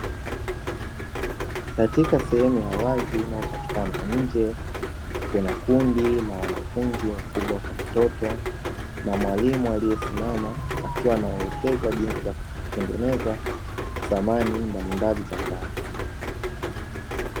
Katika sehemu ya wazi inayopatikana nje, kuna kundi la wanafunzi wakubwa kwa watoto na mwalimu aliyesimama akiwa anaelekeza jinsi ya kutengeneza samani mbalimbali za mbao.